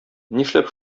нишләп